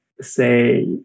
say